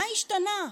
מה השתנה?